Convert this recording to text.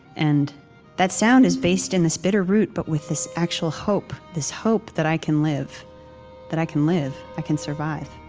and that sound is based in this bitter root, but with this actual hope this hope that i can live that i can live i can survive.